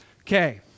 Okay